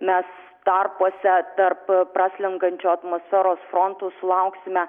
mes tarpuose tarp praslenkančio atmosferos frontų sulauksime